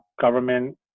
government